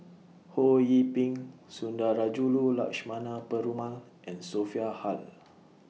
Ho Yee Ping Sundarajulu Lakshmana Perumal and Sophia Hull